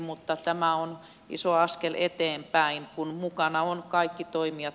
mutta tämä on iso askel eteenpäin kun mukana ovat kaikki toimijat